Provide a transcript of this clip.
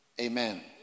Amen